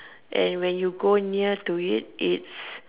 and when you go near to it it's